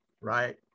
right